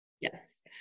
Yes